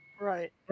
Right